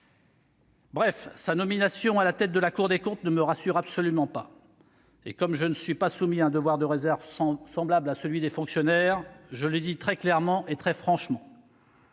Bref, cette nomination à la tête de la Cour des comptes ne me rassure absolument pas. Comme je ne suis pas soumis à un devoir de réserve semblable à celui des fonctionnaires, je le dis très clairement et très franchement